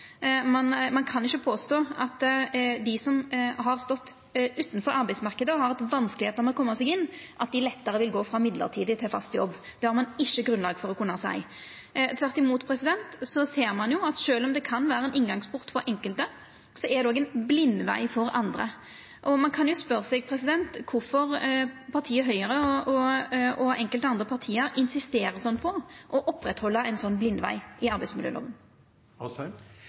Ein kan ikkje påstå at dei som har stått utanfor arbeidsmarknaden og har hatt vanskar med å koma seg inn, lettare vil gå frå mellombels til fast jobb. Det har ein ikkje grunnlag for å kunna seia. Tvert imot ser ein jo at sjølv om det kan vera ein inngangsport for enkelte, er det ein blindveg for andre, og ein kan jo spørja seg kvifor partiet Høgre og enkelte andre parti insisterer slik på å oppretthalda ein slik blindveg i